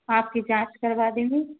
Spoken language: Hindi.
आपकी जाँच करवा देंगे